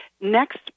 Next